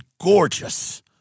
gorgeous